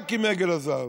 רק עם עגל הזהב.